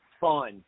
fun